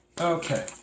Okay